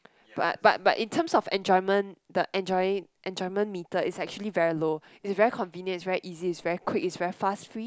but but but in terms of enjoyment the enjoying enjoyment meter it's actually very low it is very convenient it's very easy it's very quick it's very fast free